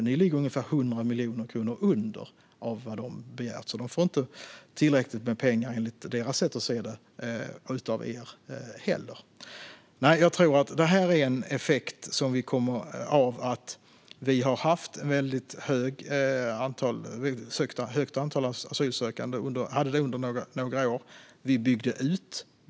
Ni ligger ungefär 100 miljoner kronor under vad de begär. De får inte tillräckligt med pengar enligt deras sätt att se på saken av er heller. Detta är en effekt av att det har varit ett högt antal asylsökande under några år.